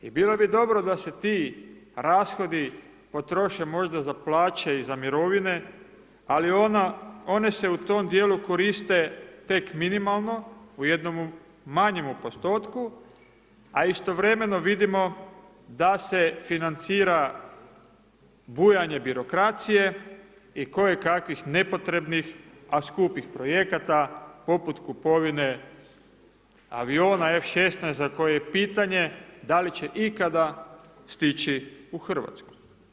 I bilo bi dobro da se ti rashodi potroše možda za plaće i za mirovine, ali one se u tome dijelu koriste tek minimalno, u jednom manjem postotku, a istovremeno vidimo da se financira bujanje birokracije i koje kakvih nepotrebnih a skupih projekata poput kupovine aviona F16 za koje je pitanje da li će ikada stići u Hrvatsku.